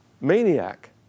Maniac